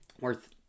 worth